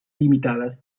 limitades